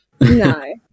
No